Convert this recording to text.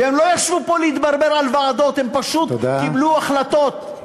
והם לא ישבו פה להתברבר פה על ועדות,